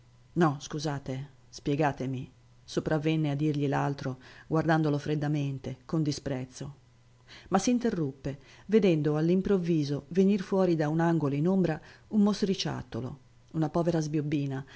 no scusate spiegatemi sopravvenne a dirgli l'altro guardandolo freddamente con disprezzo ma s'interruppe vedendo all'improvviso venir fuori da un angolo in ombra un mostriciattolo una povera sbiobbina